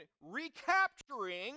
recapturing